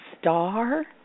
star